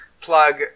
plug